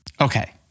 Okay